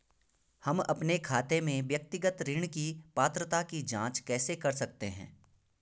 हम अपने खाते में व्यक्तिगत ऋण की पात्रता की जांच कैसे कर सकते हैं?